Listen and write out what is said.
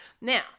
Now